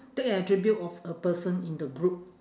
take an attribute of a person in the group